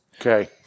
Okay